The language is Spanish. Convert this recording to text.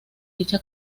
dicha